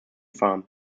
farm